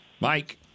Mike